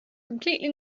completely